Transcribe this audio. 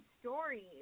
stories